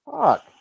Fuck